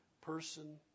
person